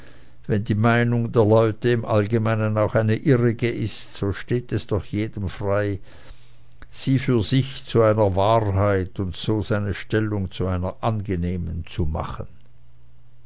wenn die meinung der leute im allgemeinen auch eine irrige ist so steht es doch jedem frei sie für sich zu einer wahrheit und so seine stellung zu einer angenehmen zu machen